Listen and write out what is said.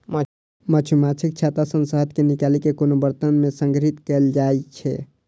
मछुमाछीक छत्ता सं शहद कें निकालि कें कोनो बरतन मे संग्रहीत कैल जाइ छै